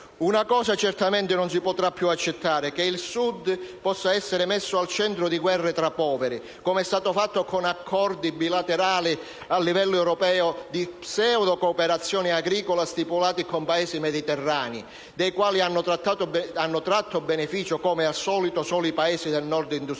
Una cosa certamente non si potrà più accettare: che il Sud possa essere messo al centro di guerre tra poveri, come è stato fatto con accordi bilaterali a livello europeo di pseudocooperazione agricola stipulati con Paesi mediterranei, dai quali hanno tratto beneficio, come al solito, solo i Paesi del Nord industrializzato.